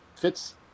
fits